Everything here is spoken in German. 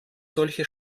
solche